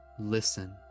listen